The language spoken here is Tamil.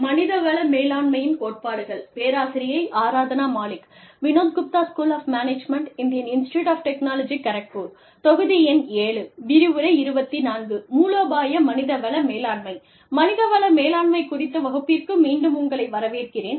மனித வள மேலாண்மை குறித்த வகுப்பிற்கு மீண்டும் உங்களை வரவேற்கிறேன்